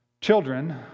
Children